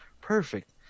perfect